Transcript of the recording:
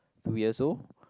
two years old